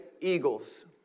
Eagles